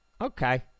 Okay